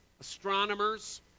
astronomers